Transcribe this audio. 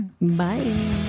bye